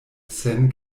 sen